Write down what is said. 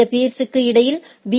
இந்த பீர்ஸ்களுக்கு இடையில் ஐ